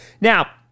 Now